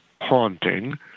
haunting